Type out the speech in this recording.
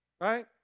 right